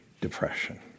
depression